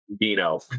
Dino